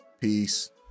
Peace